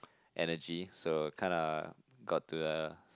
energy so kinda got to the